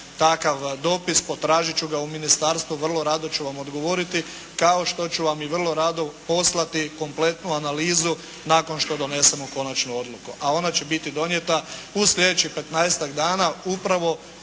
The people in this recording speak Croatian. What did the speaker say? takav dopis, potražiti ću ga u ministarstvu, vrlo rado ću vam odgovoriti. Kao što ću vam i vrlo rado poslati kompletnu analizu nakon što donesemo konačnu odluku. A ona će biti donijeta u sljedećih 15-ak dana upravo